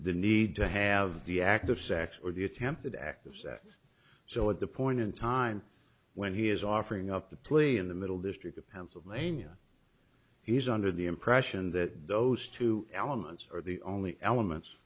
the need to have the act of sex or the attempted act of sat so at the point in time when he is offering up the plea in the middle district of pennsylvania he's under the impression that those two elements are the only elements